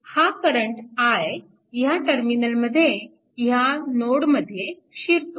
हा current i ह्या टर्मिनलमध्ये ह्या नोडमध्ये शिरतो